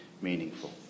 meaningful